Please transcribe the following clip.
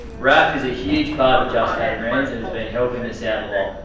raf is a huge part of just catamarans, and has been helping us out a lot,